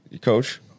coach